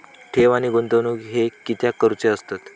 ठेव आणि गुंतवणूक हे कित्याक करुचे असतत?